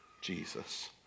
Jesus